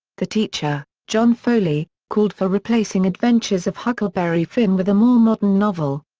the teacher, john foley, called for replacing adventures of huckleberry finn with a more modern novel.